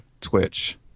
Twitch